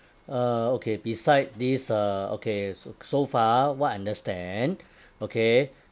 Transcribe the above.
uh okay beside this uh okay so so far what I understand okay